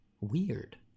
Weird